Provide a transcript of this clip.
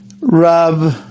Rab